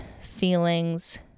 feelings